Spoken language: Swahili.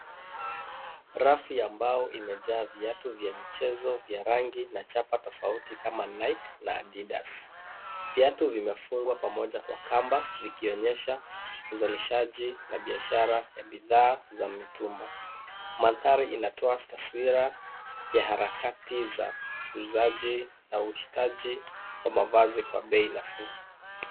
Rafu ya mbao imejaa viatu vya mchezo vya rangi na chapa tofauti kama vile Nike na addidas. Viatu vimefungwa pamoja kwa kamba, vikionyesha uzalishaji na biashara ya bidhaa za mitumba. Mandhari inatoa taswira ya harakati za ukuzaji na uhitaji wa mavazi kwa bei nafuu.